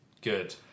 Good